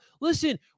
listen